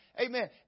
Amen